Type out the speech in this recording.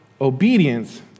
obedience